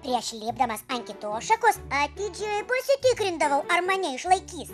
prieš lipdamas ant kitos šakos atidžiai pasitikrindavau ar mane išlaikys